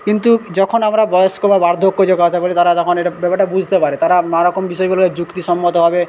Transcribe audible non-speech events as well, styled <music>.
কিন্তু যখন আমরা বয়স্ক বা বার্ধক্য যোগ <unintelligible> তারা তখন এটা ব্যাপারটা বুঝতে পারে তারা নানা রকম বিষয়গুলো এক যুক্তিসম্মতভাবে